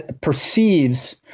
perceives